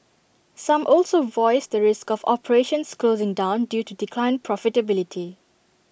some also voiced the risk of operations closing down due to declined profitability